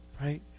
Right